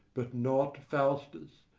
but not faustus.